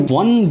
one